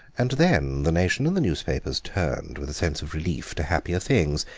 and then the nation and the newspapers turned with a sense of relief to happier things.